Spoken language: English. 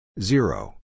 Zero